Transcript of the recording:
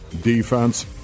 defense